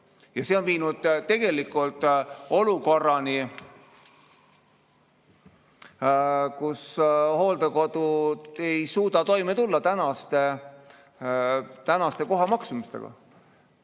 Ja see on viinud olukorrani, kus hooldekodud ei suuda toime tulla tänaste kohamaksumustega.